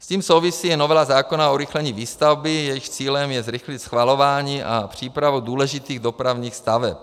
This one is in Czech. S tím souvisí i novela zákona o urychlení výstavby, jejímž cílem je zrychlit schvalování a přípravu důležitých dopravních staveb.